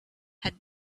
had